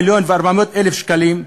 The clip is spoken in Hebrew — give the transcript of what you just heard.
1,400,000 שקל,